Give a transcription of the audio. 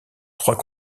trois